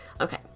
okay